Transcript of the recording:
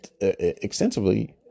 extensively